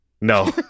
No